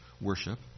worship